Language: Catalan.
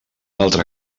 altre